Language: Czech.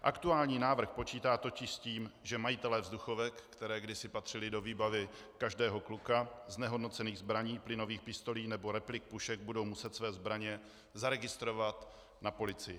Aktuální návrh počítá totiž s tím, že majitelé vzduchovek, které kdysi patřily do výbavy každého kluka, znehodnocených zbraní, plynových pistolí nebo replik pušek, budou muset své zbraně zaregistrovat na policii.